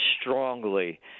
strongly